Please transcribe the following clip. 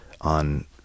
on